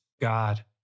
God